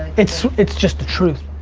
it's it's just the truth.